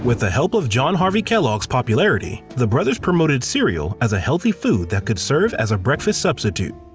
with the help of john harvey kellogg's popularity, the brothers promoted cereal as a healthy food that could serve as a breakfast substitute.